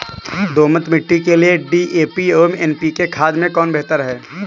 दोमट मिट्टी के लिए डी.ए.पी एवं एन.पी.के खाद में कौन बेहतर है?